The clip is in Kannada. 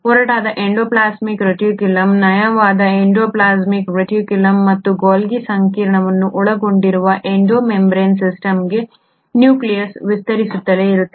ಒರಟಾದ ಎಂಡೋಪ್ಲಾಸ್ಮಿಕ್ ರೆಟಿಕ್ಯುಲಮ್ ನಯವಾದ ಎಂಡೋಪ್ಲಾಸ್ಮಿಕ್ ರೆಟಿಕ್ಯುಲಮ್ ಮತ್ತು ಗಾಲ್ಗಿ ಸಂಕೀರ್ಣವನ್ನು ಒಳಗೊಂಡಿರುವ ಎಂಡೋ ಮೆಂಬರೇನ್ ಸಿಸ್ಟಮ್ಗೆ ನ್ಯೂಕ್ಲಿಯಸ್ ವಿಸ್ತರಿಸುತ್ತಲೇ ಇರುತ್ತದೆ